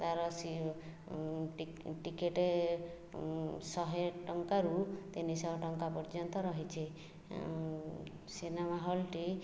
ତାହାର ଟିକେଟଟିଏ ଶହେଟଙ୍କାରୁ ତିନିଶହ ଟଙ୍କା ପର୍ଯ୍ୟନ୍ତ ରହିଛି ସିନେମା ହଲ୍ଟି